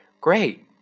Great